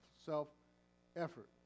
self-effort